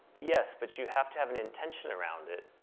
yes, but you have to have an intention around it.